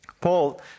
Paul